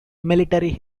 military